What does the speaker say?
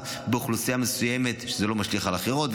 באוכלוסייה מסוימת כך שזה לא משליך על אחרות,